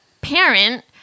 parent